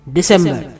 December